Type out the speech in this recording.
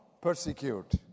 persecute